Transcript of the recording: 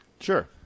Sure